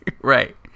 Right